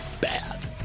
bad